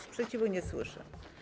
Sprzeciwu nie słyszę.